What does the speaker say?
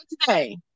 today